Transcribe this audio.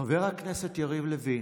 חבר הכנסת יריב לוין: